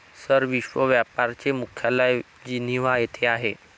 sir, विश्व व्यापार चे मुख्यालय जिनिव्हा येथे आहे